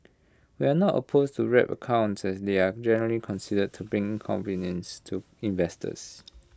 we are not opposed to wrap accounts as they are generally considered to bring convenience to investors